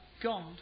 God